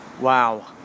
Wow